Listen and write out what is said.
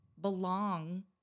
belong